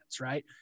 Right